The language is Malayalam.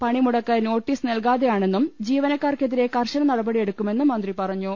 പണിമുടക്ക് നോട്ടീസ് നൽകാതെയാണെന്നും ജീവനക്കാർക്കെതിരെ കർശന നടപടി എടുക്കുമെന്നും മന്ത്രി പറഞ്ഞു